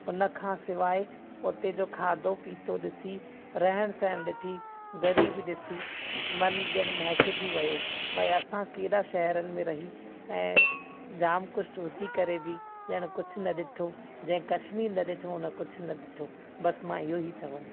उन खां सवाइ उते जो खाधो पीतो डि॒सी रहणु सहणु डि॒ठी ग़रीबी डि॒सी मनु ज॒णु महिकजी वयो भई असां कहिडा॒ बि शहिरनि में रही ऐं जामु कुझु हुजी करे बि ज॒णु कुझु न डि॒ठो जंहिं कश्मीर न डि॒ठो उन कुझु न डि॒ठो बसि मां इहेई चवंदुमि